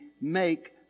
make